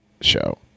show